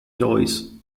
toys